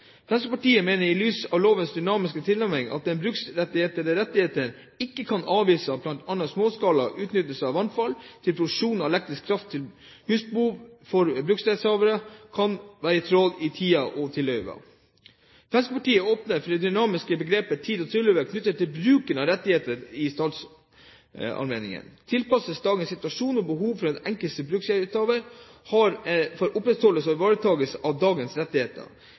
Fremskrittspartiet mener at en i lys av lovens dynamiske tilnærming til de bruksberettigedes rettigheter ikke kan avvise at bl.a. småskala utnyttelse av vannfall til produksjon av elektrisk kraft til husbehov for bruksrettshavere, kan være i tråd med «tida og tilhøva». Fremskrittspartiet åpner for at det dynamiske begrepet «tida og tilhøva» knyttet til bruken av rettigheter i statsallmenningene tilpasses dagens situasjon og det behov den enkelte bruksrettighetshaver har for opprettholdelse og ivaretakelse av dagens rettigheter.